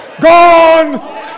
gone